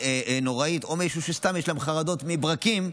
נוראית או מישהו שסתם יש לו חרדות מברקים,